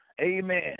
Amen